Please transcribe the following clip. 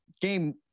game